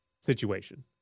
situation